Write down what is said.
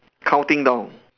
counting down